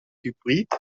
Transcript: hybrid